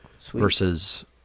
versus